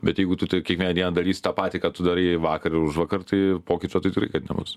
bet jeigu tu tai kiekvieną dieną darys tą patį ką tu darei vakar ir užvakar tai pokyčio tai tikrai kad nebus